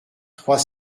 trois